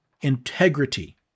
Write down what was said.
integrity